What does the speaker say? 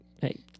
Hey